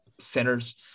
centers